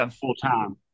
full-time